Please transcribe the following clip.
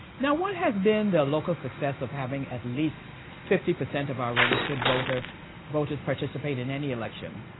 now what has been the local success of having at least fifty percent of our registered voters voters participate in any election?